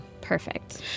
Perfect